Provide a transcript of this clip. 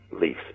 leaf